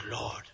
Lord